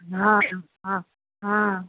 हँ तऽ हँ हँ